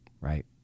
Right